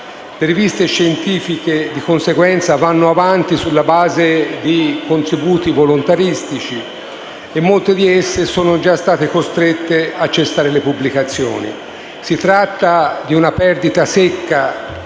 Le riviste scientifiche, di conseguenza, vanno avanti sulla base di contributi volontaristici e molte di esse sono state già costrette a cessare le pubblicazioni. Si tratta di una perdita secca